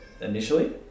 initially